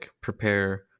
prepare